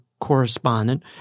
correspondent